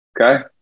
okay